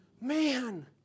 Man